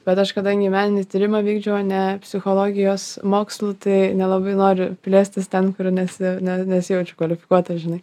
bet aš kadangi meninį tyrimą vykdžiau o ne psichologijos mokslų tai nelabai noriu plėstis ten kur nesi ne nesijaučiu kvalifikuota žinai